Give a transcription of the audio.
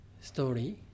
story